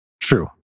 True